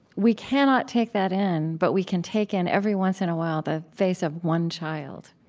we cannot take that in, but we can take in, every once in a while, the face of one child.